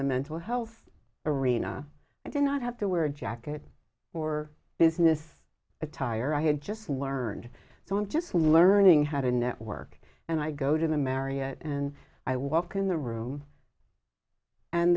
the mental health arena i did not have to wear a jacket or business attire i had just learned that i'm just learning how to network and i go to the marriott and i walk in the room and